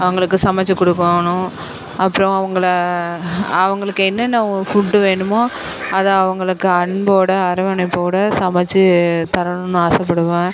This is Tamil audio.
அவர்களுக்கு சமைத்து கொடுக்கணும் அப்புறம் அவங்கள அவர்களுக்கு என்னென்ன ஃபுட்டு வேணுமோ அதை அவர்களுக்கு அன்போடு அரவணைப்போடு சமைச்சி தரணும்னு ஆசைப்படுவேன்